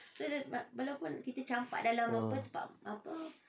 a'ah